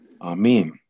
Amen